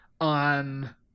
on